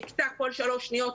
הוא נקטע כל שלוש שניות.